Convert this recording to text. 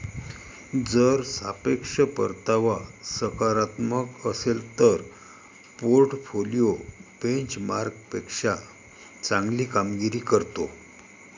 जर सापेक्ष परतावा सकारात्मक असेल तर पोर्टफोलिओ बेंचमार्कपेक्षा चांगली कामगिरी करतो